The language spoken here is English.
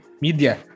media